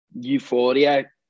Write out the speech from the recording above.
euphoria